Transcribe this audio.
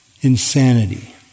insanity